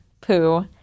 poo